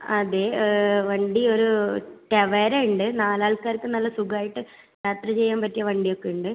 അതെ വണ്ടി ഒരു ടവേര ഉണ്ട് നാല് ആൾക്കാർക്ക് നല്ല സുഖം ആയിട്ട് യാത്ര ചെയ്യാൻ പറ്റിയ വണ്ടിയൊക്കെ ഉണ്ട്